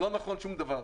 לא נכון שום דבר.